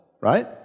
right